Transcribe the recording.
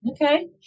Okay